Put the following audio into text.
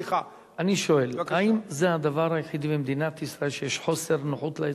האם זה הדבר היחיד במדינת ישראל שיש בו חוסר נוחות לאזרח?